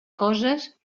coses